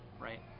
right